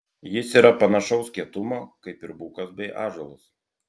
jis yra panašaus kietumo kaip ir bukas bei ąžuolas